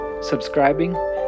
subscribing